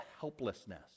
helplessness